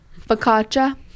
focaccia